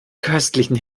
köstlichen